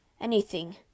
Anything